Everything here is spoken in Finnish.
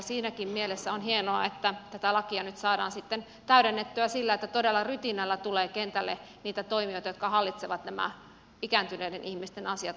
siinäkin mielessä on hienoa että tätä lakia nyt saadaan sitten täydennettyä sillä että todella rytinällä tulee kentälle niitä toimijoita jotka hallitsevat nämä ikääntyneiden ihmisten asiat oikein erityisesti